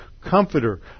comforter